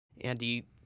Andy